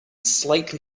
slightly